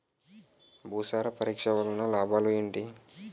భూసార పరీక్ష వలన లాభాలు ఏంటి?